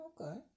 okay